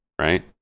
right